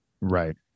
Right